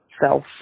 self